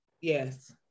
Yes